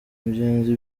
mugenzi